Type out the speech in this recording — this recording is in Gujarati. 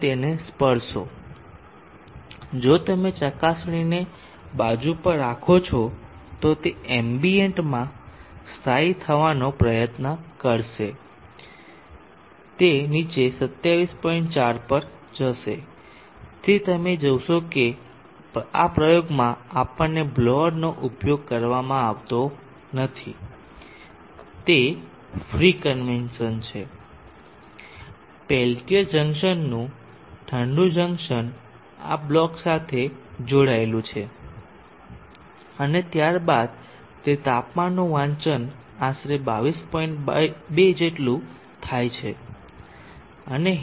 તેથી અમે કહી શકીએ કે એલ્યુમિનિયમ બ્લોક 22